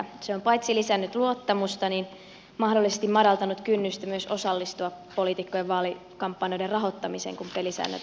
se on paitsi lisännyt luottamusta mahdollisesti myös madaltanut kynnystä osallistua poliitikkojen vaalikampanjoiden rahoittamiseen kun pelisäännöt ovat selkeät